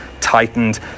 tightened